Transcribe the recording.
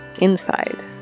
inside